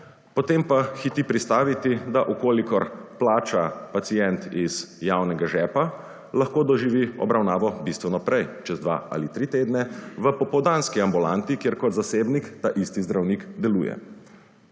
potem pa hiti pristaviti, da če plača pacient iz javnega žepa, lahko doživi obravnavo bistveno prej, čez dva ali tri tedne, v popoldanski ambulanti, kjer kot zasebnik taisti zdravnik deluje.